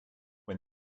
when